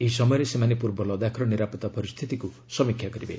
ଏହି ସମୟରେ ସେମାନେ ପୂର୍ବ ଲଦାଖର ନିରାପତ୍ତା ପରିସ୍ଥିତିକୁ ସମୀକ୍ଷା କରିବେ